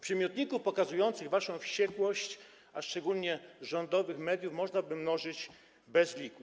Przymiotniki pokazujące waszą wściekłość, a szczególnie rządowych mediów, można by mnożyć bez liku.